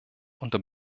unter